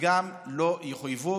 לא יחויבו,